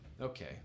Okay